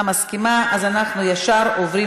מי נגד?